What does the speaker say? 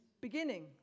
beginning